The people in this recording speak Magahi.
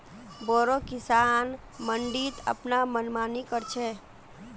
बोरो किसान मंडीत अपनार मनमानी कर छेक